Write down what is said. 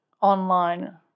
online